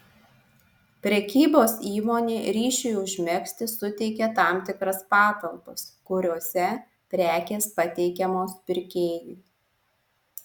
prekybos įmonė ryšiui užmegzti suteikia tam tikras patalpas kuriose prekės pateikiamos pirkėjui